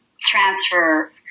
transfer